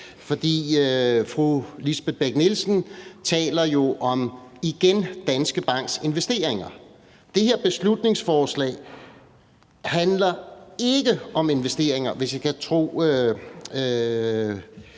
for fru Lisbeth Bech-Nielsen taler jo igen om Danske Banks investeringer. Det her beslutningsforslag handler ikke om investeringer, hvis vi skal tro